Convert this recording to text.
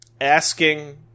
asking